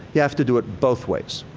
you have to do it both ways.